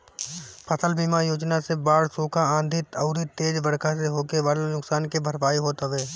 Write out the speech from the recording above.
फसल बीमा योजना से बाढ़, सुखा, आंधी अउरी तेज बरखा से होखे वाला नुकसान के भरपाई होत हवे